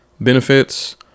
benefits